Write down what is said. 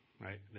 right